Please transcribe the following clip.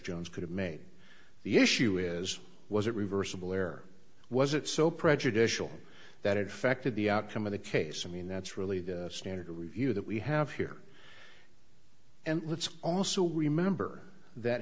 jones could have made the issue is was it reversible error was it so prejudicial that it affected the outcome of the case i mean that's really the standard review that we have here and let's also remember that